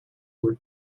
were